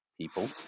people